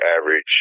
average